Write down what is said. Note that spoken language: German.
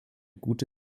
gute